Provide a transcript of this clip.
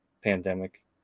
pandemic